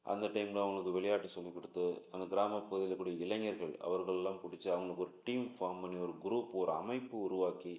அந்த டைமில் அவங்களுக்கு விளையாட்டு சொல்லிக் கொடுத்து அந்த கிராம பகுதிகளில் இருக்கக்கூடிய இளைஞர்கள் அவர்கள்லாம் பிடிச்சி அவங்களுக்கு ஒரு டீம் ஃபார்ம் பண்ணி ஒரு குரூப் ஒரு அமைப்பு உருவாக்கி